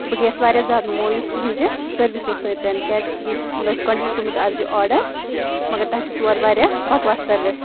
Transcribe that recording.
بہٕ گٔیس واریاہ زیادٕ مویوس تُہنٛدِ سٔروِسہٕ سۭتۍ کیازِ کہِ مے اوس گۄڈٕنچہِ لَٹہِ کورمُت آز یہِ آرڈر مگر تۄہہ دِژوٕ اورٕ واریاہ بکواس سٔروِس